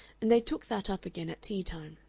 and they took that up again at tea-time.